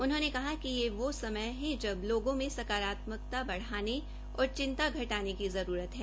उन्होंने कहा कि यह वो समय है जब लोगों में सकारात्मकता बढाने और चिंता घटाने की जरूरत है